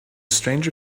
stranger